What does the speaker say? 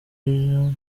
umukinnyi